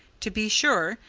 to be sure,